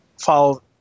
follow